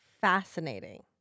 fascinating